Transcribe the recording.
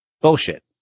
Bullshit